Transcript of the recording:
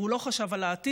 והוא לא חשב על העתיד.